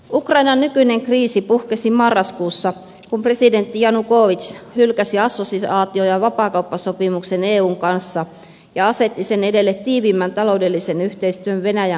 ukrainan nykyinen kriisi puhkesi marraskuussa kun presidentti janukovyts hylkäsi assosiaatio ja vapaakauppasopimuksen eun kanssa ja asetti sen edelle tiiviimmän taloudellisen yhteistyön venäjän kanssa